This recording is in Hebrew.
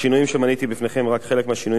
השינויים שמניתי בפניכם הם רק חלק מהשינויים